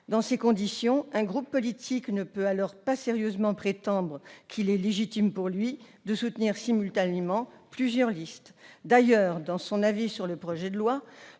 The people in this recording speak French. Dans ces conditions, un groupe politique ne peut pas sérieusement prétendre qu'il est légitime qu'il soutienne simultanément plusieurs listes. Dans son avis sur le projet de loi,